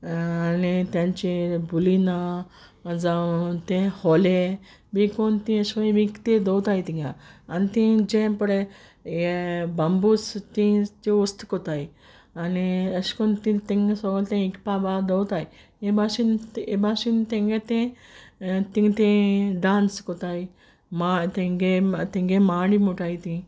आनी तेंचे बुलिना जावं ते होले बी कोन्न तीं अेशकोन्न विकतीं दोवोत्ताय तिंगा आनी तीं जे पळे हे बांबूज तीं ज्यो वोस्तू कोताय आनी अेशकोन्न ती तींग सोन्न तीं इंकपा बा दोताय हे भाशेन हे भाशेन तेंगे तें तींग तें डान्स कोताय तेंगे मांड म्हुटाय तीं